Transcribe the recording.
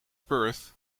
perth